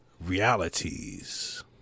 realities